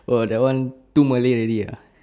oh that one too malay already ah